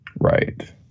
Right